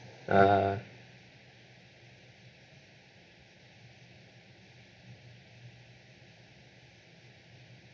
uh